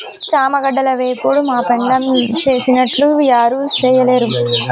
చామగడ్డల వేపుడు మా పెండ్లాం సేసినట్లు యారు సెయ్యలేరు